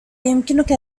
يمكنك